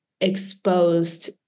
exposed